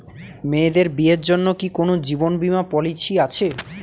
মেয়েদের বিয়ের জন্য কি কোন জীবন বিমা পলিছি আছে?